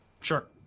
Sure